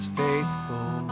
faithful